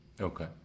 Okay